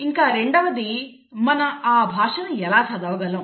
మరియు రెండవది మనం ఆ భాషను ఎలా చదవగలం